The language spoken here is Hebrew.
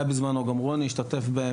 גם רוני השתתף בהן,